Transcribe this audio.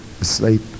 asleep